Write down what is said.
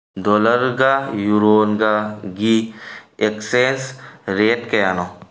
ꯗꯣꯂꯔꯒ ꯌꯨꯔꯣꯒꯒꯤ exchange rate ꯀꯌꯥꯅꯣ